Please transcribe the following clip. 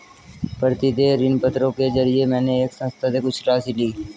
प्रतिदेय ऋणपत्रों के जरिये मैंने एक संस्था से कुछ राशि ली